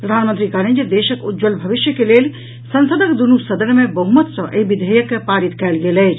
प्रधानमंत्री कहलनि जे देशक उज्जवल भविष्य के लेल संसदक दूनू सदन मे बहुमत सॅ एहि विधेयक कॅ पारित कयल गेल अछि